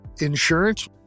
insurance